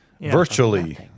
virtually